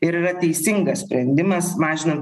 ir yra teisingas sprendimas mažinan